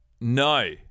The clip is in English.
no